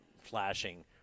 flashing